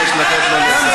אני מבקש לתת לו לסיים.